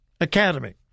Academy